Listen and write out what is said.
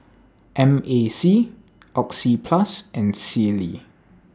M A C Oxyplus and Sealy